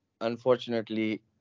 unfortunately